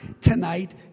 tonight